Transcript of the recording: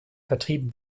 vertrieben